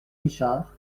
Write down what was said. richard